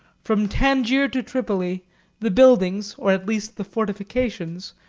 from tangier to tripoli the buildings, or at least the fortifications,